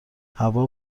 هوا